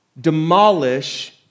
demolish